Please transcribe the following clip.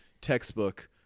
textbook